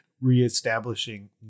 reestablishing